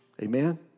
Amen